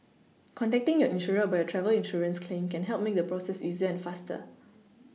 contacting your insurer about your travel insurance claim can help make the process easier and faster